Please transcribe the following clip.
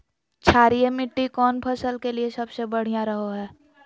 क्षारीय मिट्टी कौन फसल के लिए सबसे बढ़िया रहो हय?